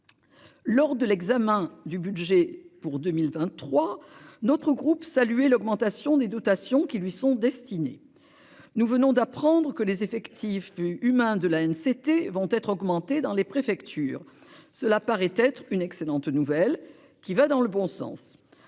Lors de l'examen du budget pour 2023. Notre groupe salué l'augmentation des dotations qui lui sont destinées. Nous venons d'apprendre que les effectifs humains de la haine c'était vont être augmentées dans les préfectures, cela paraît être une excellente nouvelle qui va dans le bon sens.